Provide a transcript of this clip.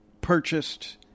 purchased